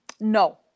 No